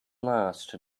last